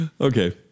Okay